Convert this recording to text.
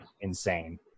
insane